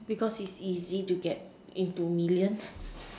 because it's easy to get into millions